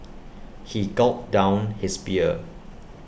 he gulped down his beer